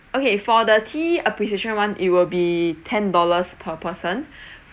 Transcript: okay for the tea appreciation [one] it will be ten dollars per person